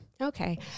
Okay